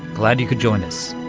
glad you could join us.